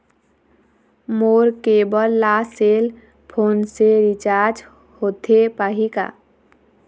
मोर cable ला cell phone से recharge होथे पाही का?